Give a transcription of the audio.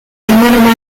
hermano